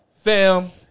Fam